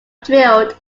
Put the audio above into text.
drilled